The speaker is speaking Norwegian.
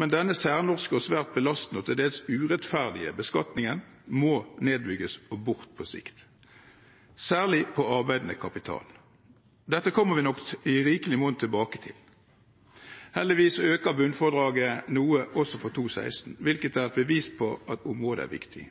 men denne særnorske, svært belastende og til dels urettferdige beskatningen må nedbygges og bort på sikt, særlig på arbeidende kapital. Dette kommer vi nok i rikelig monn tilbake til. Heldigvis øker bunnfradraget noe også for 2016, hvilket er et bevis på at området er viktig